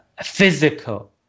physical